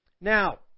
Now